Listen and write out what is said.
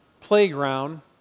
playground